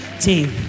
team